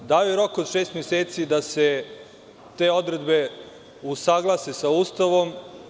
Dao je rok od šest meseci da se te odredbe usaglase sa Ustavom.